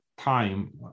time